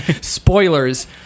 spoilers